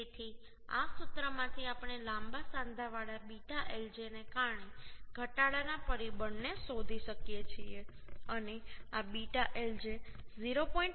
તેથી આ સૂત્રમાંથી આપણે લાંબા સાંધાવાળા β lj ને કારણે ઘટાડાના પરિબળને શોધી શકીએ છીએ અને આ β lj 0